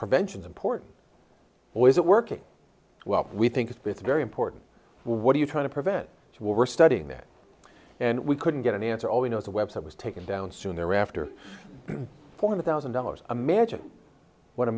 preventions important always it working well we think it's very important what are you trying to prevent so we're studying that and we couldn't get an answer all we know is a website was taken down soon thereafter four hundred thousand dollars imagine what a